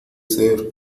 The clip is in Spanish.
ser